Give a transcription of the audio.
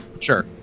Sure